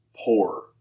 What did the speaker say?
poor